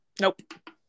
nope